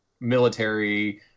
military